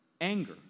anger